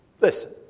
Listen